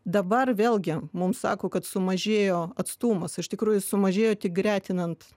dabar vėlgi mums sako kad sumažėjo atstumas iš tikrųjų sumažėjo tik gretinant